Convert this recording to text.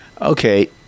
Okay